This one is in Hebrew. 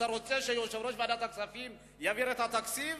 אתה רוצה שיושב-ראש ועדת הכספים יעביר את התקציב?